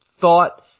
thought